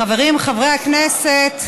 חברים, חברי הכנסת,